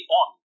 on